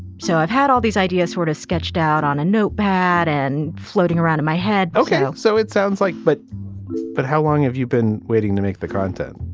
so i've had all these ideas sort of sketched out on a notepad and floating around in my head ok. so it sounds like. but but how long have you been waiting to make the content?